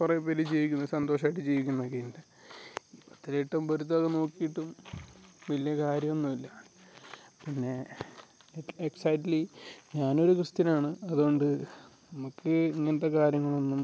കുറേ പേര് ജീവിക്കുന്നു സന്തോഷമായിട്ട് ജീവിക്കുന്നത് നോക്കി ഇരുന്നിട്ട് അത്ര എട്ടും പൊരുത്തമൊക്ക നോക്കിയിട്ടും വലിയ കാര്യമൊന്നും ഇല്ല പിന്നെ എക്സൈറ്റ്ലി ഞാൻ ഒരു ക്രിസ്ത്യനാണ് അത്കൊണ്ട് നമുക്ക് ഇങ്ങനത്തെ കാര്യങ്ങളൊന്നും